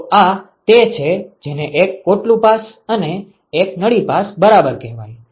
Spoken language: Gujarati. તો આ તે છે જેને એક કોટલું પાસ અને એક નળી પાસ બરાબર કહેવાય છે